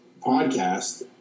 podcast